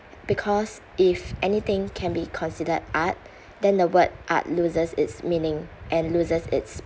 because if anything can be considered art then the word art loses its meaning and loses its